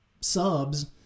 subs